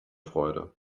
freude